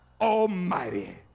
Almighty